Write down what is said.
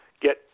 get